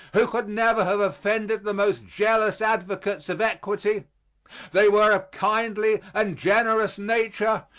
who could never have offended the most jealous advocates of equity they were of kindly and generous nature,